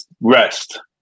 rest